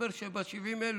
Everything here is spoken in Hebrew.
מסתבר שה-70,000,